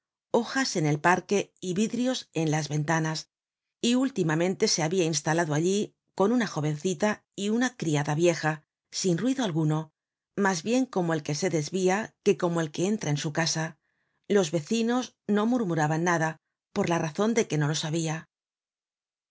hojas en el parque y vidrios en las ventanas y últimamente se habia instalado allí con una jovencita y una criada vieja sin ruido alguno mas bien como el que se desvia que como el que entra en su casa los vecinos no murmuraban nada por la razon de que no los habia